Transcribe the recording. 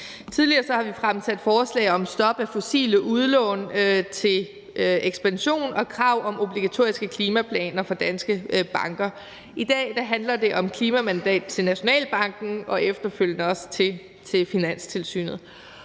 Tidligere har vi fremsat forslag om stop af fossile udlån til ekspansion og krav om obligatoriske klimaplaner for danske banker. I dag handler det om et klimamandat til Nationalbanken og efterfølgende også til Finanstilsynet.